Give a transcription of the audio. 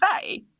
say